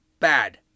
bad